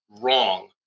wrong